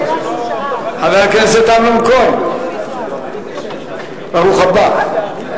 כהן, ברוך הבא.